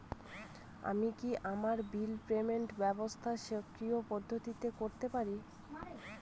আমি কি আমার বিল পেমেন্টের ব্যবস্থা স্বকীয় পদ্ধতিতে করতে পারি?